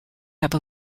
have